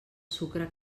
sucre